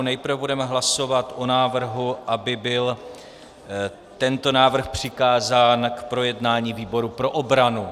Nejprve budeme hlasovat o návrhu, aby byl tento návrh přikázán k projednání výboru pro obranu.